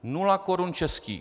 Nula korun českých.